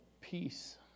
peace